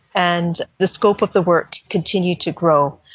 and the scope of the work continued to grow.